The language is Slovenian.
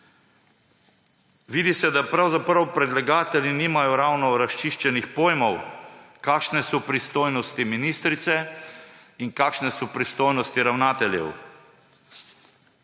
Vidi se, da pravzaprav predlagatelji nimajo ravno razčiščenih pojmov, kakšne so pristojnosti ministrice in kakšne so pristojnosti ravnateljev.